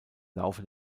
laufe